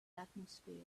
atmosphere